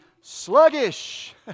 sluggish